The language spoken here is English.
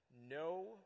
No